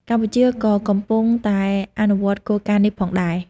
កម្ពុជាក៏កំពុងតែអនុវត្តគោលការណ៍នេះផងដែរ។